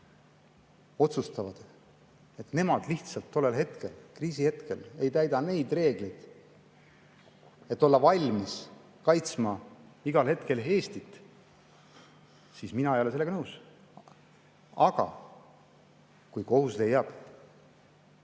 otsustavad, et nemad lihtsalt tollel hetkel, kriisihetkel ei täida neid reegleid, et olla valmis kaitsma igal hetkel Eestit, siis mina ei ole sellega nõus. Aga kui kohus leiab,